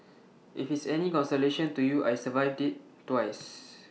if it's any consolation to you I survived IT twice